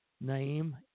name